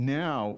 now